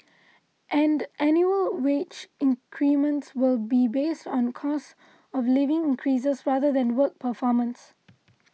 and annual wage increments will be based on cost of living increases rather than work performance